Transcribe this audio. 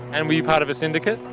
and were you part of a syndicate?